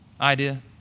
idea